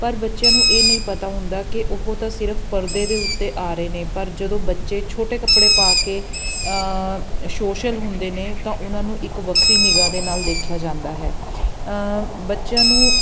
ਪਰ ਬੱਚਿਆਂ ਨੂੰ ਇਹ ਨਹੀਂ ਪਤਾ ਹੁੰਦਾ ਕਿ ਉਹ ਤਾਂ ਸਿਰਫ ਪਰਦੇ ਦੇ ਉੱਤੇ ਆ ਰਹੇ ਨੇ ਪਰ ਜਦੋਂ ਬੱਚੇ ਛੋਟੇ ਕੱਪੜੇ ਪਾ ਕੇ ਸੋਸ਼ਲ ਹੁੰਦੇ ਨੇ ਤਾਂ ਉਹਨਾਂ ਨੂੰ ਇੱਕ ਵੱਖਰੀ ਨਿਗ੍ਹਾ ਦੇ ਨਾਲ ਦੇਖਿਆ ਜਾਂਦਾ ਹੈ ਬੱਚਿਆਂ ਨੂੰ